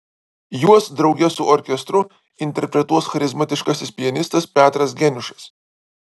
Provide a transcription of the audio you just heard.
juos drauge su orkestru interpretuos charizmatiškasis pianistas petras geniušas